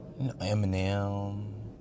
Eminem